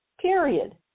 period